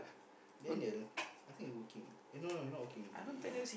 Daniel I think he working eh no no he not working he